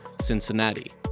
Cincinnati